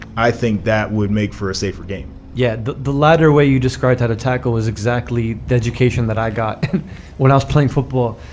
i think that would make for a safer game yeah. the the latter way you described how to tackle is exactly the education that i got when i was playing football.